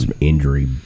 injury